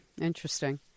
Interesting